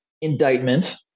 indictment